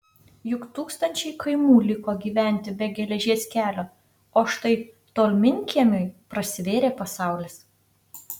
juk tūkstančiai kaimų liko gyventi be geležies kelio o štai tolminkiemiui prasivėrė pasaulis